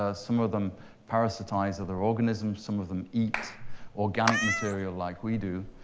ah some of them parasitize other organisms. some of them eat organic material like we do.